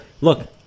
look